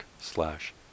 slash